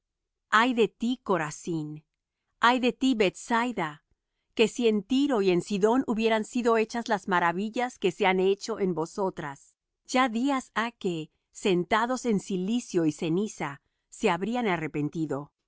ay de ti corazín ay de ti bethsaida que si en tiro y en sidón hubieran sido hechas las maravillas que se han hecho en vosotras ya días ha que sentados en cilicio y ceniza se habrían arrepentido